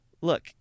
look